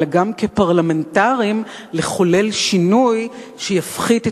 אלא גם כפרלמנטרים לחולל שינוי שיפחית את